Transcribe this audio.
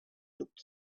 looked